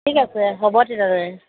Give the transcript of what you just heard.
ঠিক আছে হ'ব তেতিয়াহ'লে